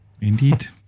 Indeed